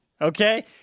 Okay